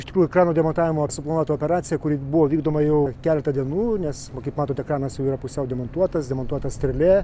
iš tikrųjų krano demontavimo suplanuota operacija kuri buvo vykdoma jau keletą dienų nes kaip matote kranas jau yra pusiau demontuotas demontuota strėlė